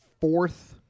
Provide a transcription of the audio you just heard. fourth